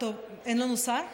אפשר לשאול איפה השר?